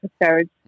episodes